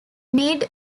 meade